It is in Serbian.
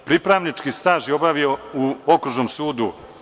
Pripravnički staž je obavio u Okružnom sudu.